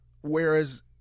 Whereas